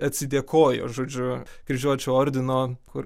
atsidėkojo žodžiu kryžiuočių ordino kur